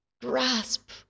grasp